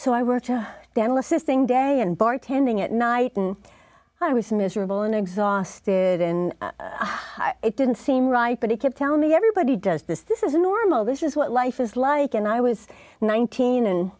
so i worked a dental assisting day and bartending at night and i was miserable and exhausted and it didn't seem right but he kept telling me everybody does this this is normal this is what life is like and i was nineteen and